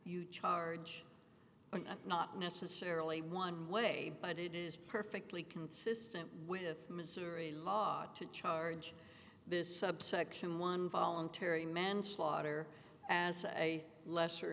you charge are not necessarily one way but it is perfectly consistent with missouri law to charge this subsection one voluntary manslaughter as a lesser